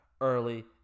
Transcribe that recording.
early